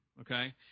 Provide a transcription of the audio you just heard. Okay